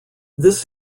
this